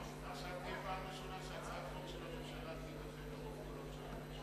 זאת תהיה פעם ראשונה שהצעת חוק של הממשלה תידחה ברוב קולות.